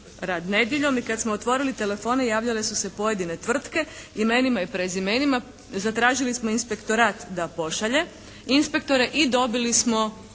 rad nedjeljom. I kad smo otvorili telefone javljale su se pojedine tvrtke imenima i prezimenima, zatražili smo inspektorat da pošalje inspektore i dobili smo